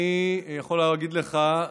אני יכול להגיד לך,